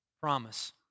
promise